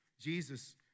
Jesus